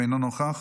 אינו נוכח,